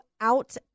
out